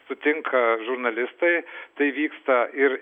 sutinka žurnalistai tai vyksta ir